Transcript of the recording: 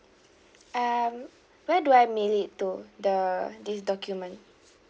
um where do I mail it to the this document